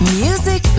music